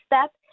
step